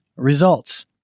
Results